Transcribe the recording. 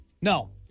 No